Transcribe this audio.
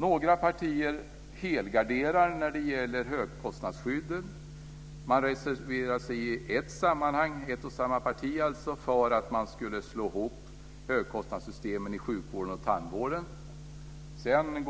Några partier helgarderar när det gäller högkostnadsskydden. Man reserverar sig för en hopslagning av högkostnadssystemen inom sjukvården och tandvården. Redan